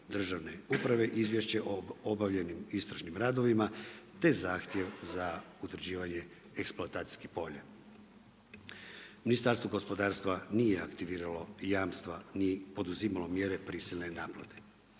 državne uprave izvješće o obavljenim istražnim radovima te zahtjev za utvrđivanje eksploatacijskih polja. Ministarstvo gospodarstva nije aktiviralo jamstva ni poduzimalo mjere prisilne naplate.